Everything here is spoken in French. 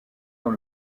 dans